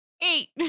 Eight